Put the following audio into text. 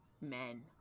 men